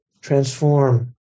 transform